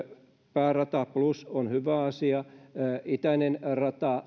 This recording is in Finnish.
päärata plus on hyvä asia itäinen rata